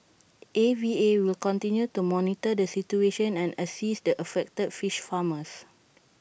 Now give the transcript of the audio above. A V A will continue to monitor the situation and assist the affected fish farmers